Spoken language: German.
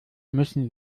müssen